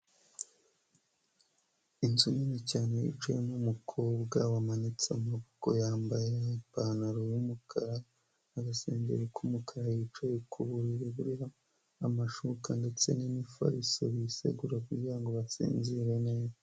Inzu nini cyane yicayemo umukobwa wamanitse amaboko, yambaye ipantaro y'umukara n'agasengeri k'umukara, yicaye ku buriri buriho amashuka ndetse n'imifariso bisegura kugira ngo basinzire neza.